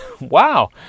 wow